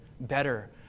better